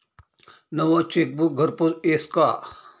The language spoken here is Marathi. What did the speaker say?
नवं चेकबुक घरपोच यस का?